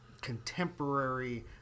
contemporary